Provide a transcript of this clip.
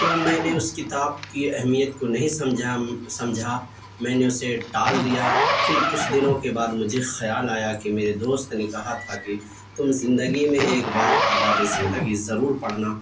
تو میں نے اس کتاب کی اہمیت کو نہیں سمجھا سمجھا میں نے اسے ٹال دیا پھر کچھ دنوں کے بعد مجھے خیال آیا کہ میرے دوست نے کہا تھا کہ تم زندگی میں ایک بار آدابِ زندگی ضرور پڑھنا